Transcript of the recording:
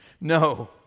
No